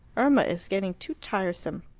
irma is getting too tiresome.